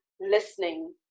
listening